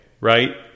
right